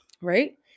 Right